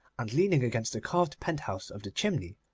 and leaning against the carved penthouse of the chimney,